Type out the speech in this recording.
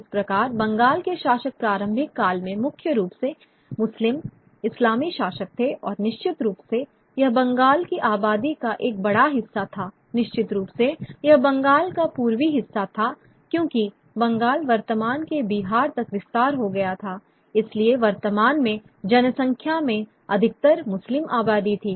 इस प्रकार बंगाल के शासक प्रारंभिक काल में मुख्य रूप से मुस्लिम इस्लामी शासक थे और निश्चित रूप से यह बंगाल की आबादी का एक बड़ा हिस्सा था निश्चित रूप से यह बंगाल का पूर्वी हिस्सा था क्योंकि बंगाल वर्तमान के बिहार तक विस्तार हो गया था इसलिए वर्तमान में जनसंख्या में अधिकतर मुस्लिम आबादी थी